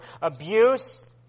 abuse